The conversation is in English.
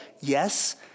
Yes